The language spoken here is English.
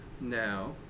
now